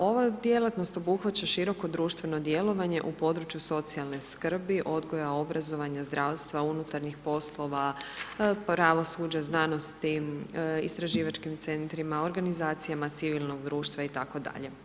Ova djelatnost obuhvaća široko društveno djelovanje u području socijalne skrbi, odgoja, obrazovanja, zdravstva, unutarnjih poslova, pravosuđa, znanosti, istraživačkim centrima, organizacijama civilnog društva itd.